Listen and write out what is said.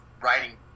writing